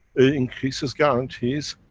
it increases, guarantees,